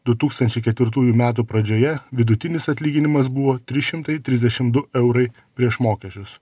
du tūkstančiai ketvirtųjų metų pradžioje vidutinis atlyginimas buvo trys šimtai trisdešim du eurai prieš mokesčius